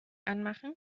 anmachen